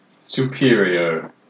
superior